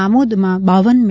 આમોદમાં બાવન મી